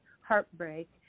heartbreak